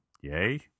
yay